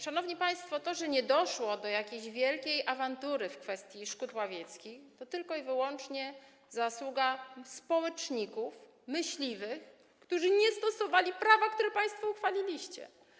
Szanowni państwo, to, że nie doszło do jakiejś wielkiej awantury w kwestii szkód łowieckich, to zasługa tylko i wyłącznie społeczników, myśliwych, którzy nie stosowali prawa, które państwo uchwaliliście.